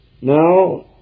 Now